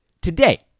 today